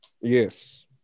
Yes